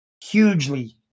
hugely